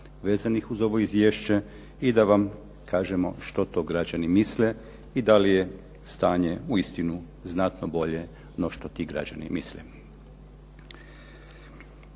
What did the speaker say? vezanih uz ovo izvješće i da vam kažemo što to građani misle i da li je stanje uistinu znatno bolje no što ti građani misle.